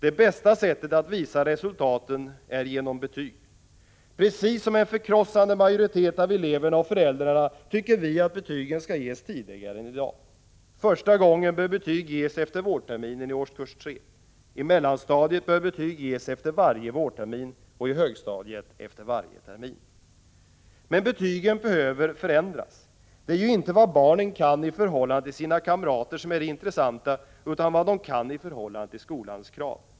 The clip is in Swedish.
Det bästa sättet att visa resultaten är genom betyg. Precis som en förkrossande majoritet av eleverna och föräldrarna tycker vi att betygen skall ges tidigare än i dag. Första gången bör betyg ges efter vårterminen i årskurs 3. På mellanstadiet bör betyg ges efter varje vårtermin och på högstadiet efter varje termin. Men betygen behöver förändras. Det är ju inte vad barnen kan i förhållande till sina kamrater som är det intressanta utan vad de kan i förhållande till skolans krav.